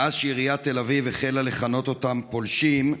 מאז שעיריית תל אביב החלה לכנות אותם "פולשים"